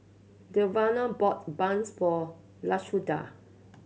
Devaughn bought buns for Lashunda